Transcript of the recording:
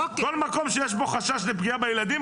כל מקום שיש בו חשש לפגיעה בילדים,